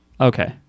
Okay